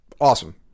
Awesome